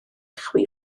chwi